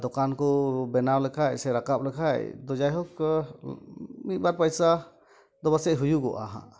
ᱫᱚᱠᱟᱱ ᱠᱚ ᱵᱮᱱᱟᱣ ᱞᱮᱠᱷᱟᱡ ᱥᱮ ᱨᱟᱠᱟᱵ ᱞᱮᱠᱷᱟᱡ ᱫᱚ ᱡᱟᱭᱦᱳᱠ ᱢᱤᱫᱵᱟᱨ ᱯᱚᱭᱥᱟ ᱫᱚ ᱯᱟᱥᱮᱜ ᱦᱩᱭᱩᱜᱚᱜᱼᱟ ᱦᱟᱸᱜ